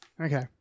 okay